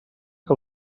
que